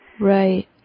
Right